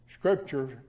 Scripture